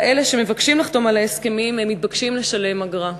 אלה שמבקשים לחתום על ההסכמים מתבקשים לשלם אגרה.